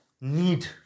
need